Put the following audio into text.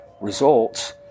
results